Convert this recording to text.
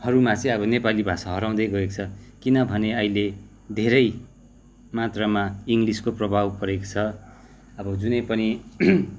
हरूमा चाहिँ नेपाली भाषा हराउँदै गएको छ किनभने अहिले धेरै मात्रामा इङ्ग्लिसको प्रभाव परेको छ अब जुनै पनि